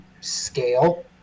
scale